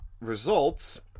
results